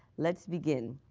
let's begin.